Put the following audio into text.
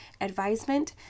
Advisement